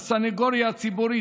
הסנגוריה הציבורית,